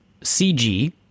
CG